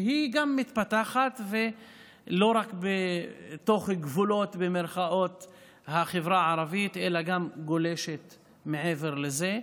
שמתפתחת לא רק בתוך גבולות החברה הערבית אלא גם גולשת מעבר לזה.